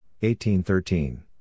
1813